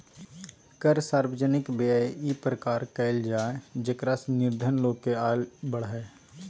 कर सार्वजनिक व्यय इ प्रकार कयल जाय जेकरा से निर्धन लोग के आय बढ़य